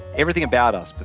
everything about us, but